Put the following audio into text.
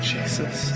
Jesus